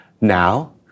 now